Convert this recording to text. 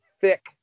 thick